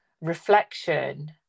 reflection